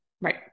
Right